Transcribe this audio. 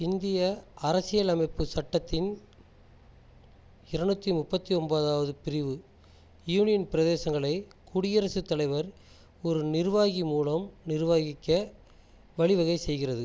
இந்திய அரசியலமைப்புச் சட்டத்தின் இருநூற்றி முப்பத்து ஒன்பதாவது பிரிவு யூனியன் பிரதேசங்களை குடியரசுத் தலைவர் ஒரு நிர்வாகி மூலம் நிர்வகிக்க வழிவகை செய்கிறது